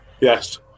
Yes